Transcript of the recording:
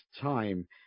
time